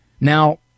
now